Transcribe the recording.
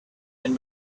and